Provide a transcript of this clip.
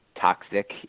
toxic